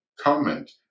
comment